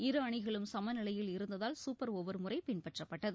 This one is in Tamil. இரு அணிகளும் சம நிலையில் இருந்ததால் சூப்பர் ஓவர் முறை பின்பற்றப்பட்டது